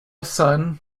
son